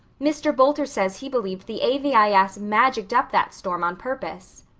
mr. boulter says he believes the a v i s. magicked up that storm on purpose.